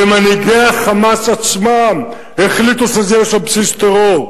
ומנהיגי ה"חמאס" עצמם החליטו שיהיה שם בסיס טרור.